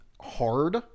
hard